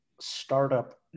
startup